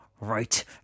right